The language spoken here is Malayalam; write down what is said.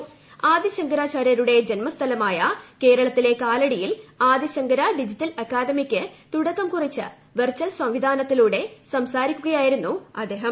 ്ആദി ശങ്കരാചാര്യരുടെ ജന്മസ്ഥലമായ കേരളത്തില്ലെ കാലടിയിൽ ആദി ശങ്കര ഡിജിറ്റൽ അക്കാദമിക്ക് തുടക്കാർ കുറിച്ച് വെർച്ചൽ സംവിധാനത്തിലൂടെ സംസാരിക്കുകയായി രുന്നു അദ്ദേഹം